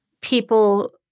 people